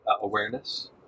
awareness